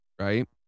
right